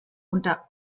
unter